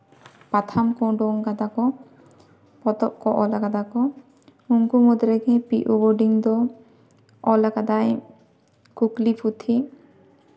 ᱯᱟᱛᱷᱟᱢ ᱠᱚ ᱩᱰᱩᱜ ᱟᱠᱟᱫᱟ ᱠᱚ ᱯᱚᱛᱚᱵ ᱠᱚ ᱚᱞ ᱠᱟᱫᱟ ᱠᱚ ᱩᱱᱠᱩ ᱢᱩᱫᱽᱨᱮ ᱯᱤ ᱳ ᱵᱳᱰᱤᱝ ᱫᱚ ᱚᱞ ᱟᱠᱟᱫᱟᱭ ᱠᱩᱠᱞᱤ ᱯᱩᱛᱷᱤ